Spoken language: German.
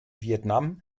vietnam